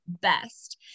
best